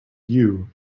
you